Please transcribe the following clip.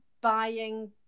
buying